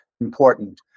important